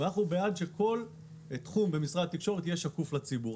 אנחנו בעד שכל תחום במשרד התקשורת יהיה שקוף לציבור.